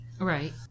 Right